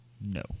No